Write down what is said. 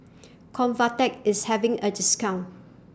Convatec IS having A discount